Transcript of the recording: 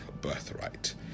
birthright